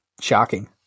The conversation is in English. shocking